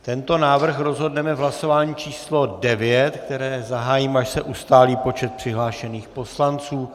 Tento návrh rozhodneme v hlasování číslo devět, které zahájím, až se ustálí počet přihlášených poslanců.